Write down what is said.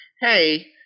Hey